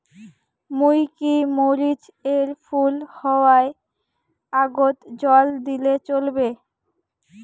মুই কি মরিচ এর ফুল হাওয়ার আগত জল দিলে চলবে?